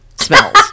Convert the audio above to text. smells